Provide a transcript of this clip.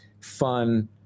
fun